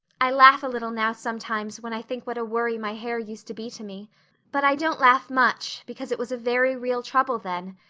i laugh a little now sometimes when i think what a worry my hair used to be to me but i don't laugh much, because it was a very real trouble then.